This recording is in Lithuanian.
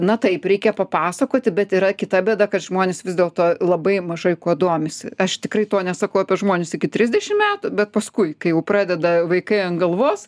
na taip reikia papasakoti bet yra kita bėda kad žmonės vis dėl to labai mažai kuo domisi aš tikrai to nesakau apie žmones iki trisdešim metų bet paskui kai pradeda vaikai ant galvos